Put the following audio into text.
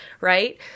right